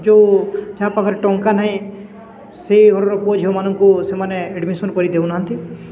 ଯେଉଁ ଯାହା ପାଖରେ ଟଙ୍କା ନାହିଁ ସେଇ ଘରର ପୁଅ ଝିଅମାନଙ୍କୁ ସେମାନେ ଆଡ଼ମିସନ୍ କରି ଦେଉନାହାନ୍ତି